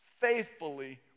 faithfully